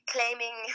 Claiming